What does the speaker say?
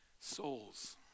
Souls